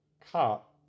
cut